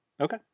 Okay